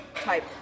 type